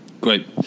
Great